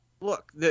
Look